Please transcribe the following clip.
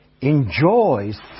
enjoys